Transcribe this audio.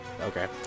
Okay